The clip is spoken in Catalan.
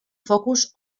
focus